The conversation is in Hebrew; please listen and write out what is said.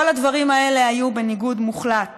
כל הדברים האלה היו בניגוד מוחלט